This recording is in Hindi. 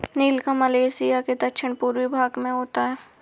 नीलकमल एशिया के दक्षिण पूर्वी भाग में होता है